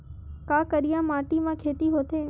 का करिया माटी म खेती होथे?